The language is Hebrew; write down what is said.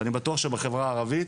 ואני בטוח שבחברה הערבית